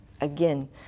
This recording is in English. Again